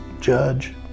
judge